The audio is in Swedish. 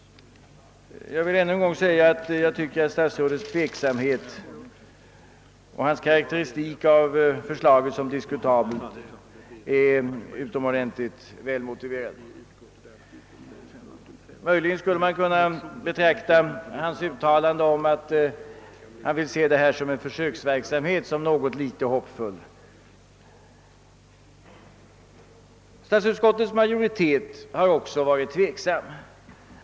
Jag vill ännu en gång säga att statsrådets tveksamhet och hans karakteristik av förslaget såsom diskutabelt är utomordentligt välmotiverad. Möjligen skulle man kunna betrakta hans uttalande, att han vill betrakta detta som en försöksverksamhet, såsom något hoppfullt. Statsutskottets majoritet har också varit tveksam.